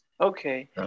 okay